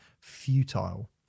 futile